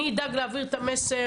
אני אדאג להעביר את המסר.